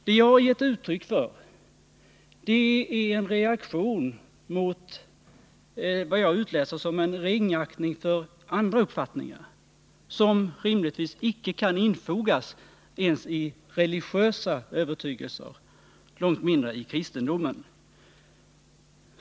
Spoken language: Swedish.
Det jag har givit uttryck för är en reaktion mot vad jag utläser som en ringaktning för andra uppfattningar, som rimligtvis icke kan infogas ens bland religiösa övertygelser, långt mindre i kristendomen.